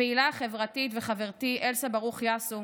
הפעילה החברתית וחברתי אלסה ברוך יאסו